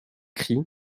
cri